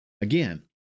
Again